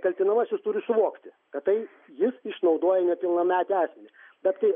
kaltinamasis turi suvokti kad tai jis išnaudoja nepilnametį asmenį bet kai